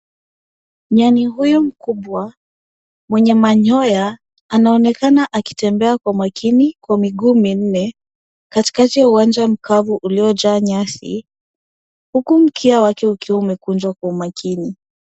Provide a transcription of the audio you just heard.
Nyani huyu mkubwa mwenye manyoya anaonekana akitembea kwa umakini kwa miguu minne katikati ya uwanja mkavu uliojaa nyasi huku mkia wake ukiwa umekunjwa kwa umakini.